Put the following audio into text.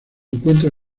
encuentra